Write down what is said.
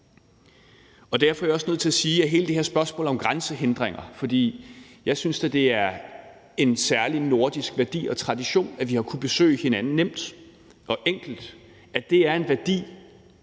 Derfor er jeg også nødt til at sige om hele det her spørgsmål om grænsehindringer – for jeg synes da, det er en særlig nordisk værdi og tradition, at vi har kunnet besøge hinanden nemt og enkelt – at det er en værdi,